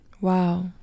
Wow